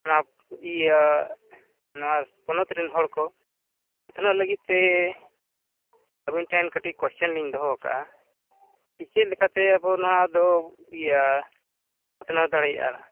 ᱱᱚᱣᱟ ᱤᱭᱟᱹ ᱱᱚᱣᱟ ᱯᱚᱱᱚᱛᱨᱮᱱ ᱦᱚᱲᱠᱚ ᱩᱛᱱᱟᱹᱣ ᱞᱟᱹᱜᱤᱫᱛᱮ ᱟᱵᱤᱱᱴᱷᱮᱱ ᱠᱟᱹᱴᱤᱡ ᱠᱳᱥᱪᱮᱱᱞᱤᱧ ᱫᱚᱦᱚᱣᱠᱟᱜᱼᱟ ᱪᱮᱫ ᱞᱮᱠᱟᱛᱮ ᱟᱵᱚ ᱱᱚᱣᱟᱫᱚ ᱤᱭᱟᱹ ᱩᱛᱱᱟᱹᱣ ᱫᱟᱲᱮᱭᱟᱜᱼᱟ